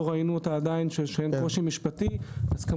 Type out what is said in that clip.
ראינו אותה עדיין שאין קושי משפטי אז,